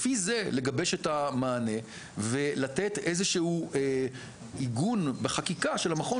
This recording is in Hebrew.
לפי זה לגבש את המענה ולתת איזשהו עיגון בחקיקה של המכון